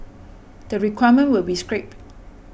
the requirement will be scrapped